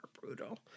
brutal